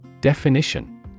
Definition